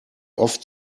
oft